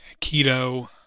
keto